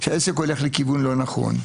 שהעסק הולך לכיוון לא נכון.